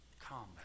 combat